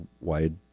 wide